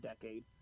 decade